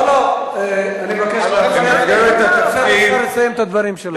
לא, לא, אני מבקש שתיתן לשר לסיים את הדברים שלו.